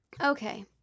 Okay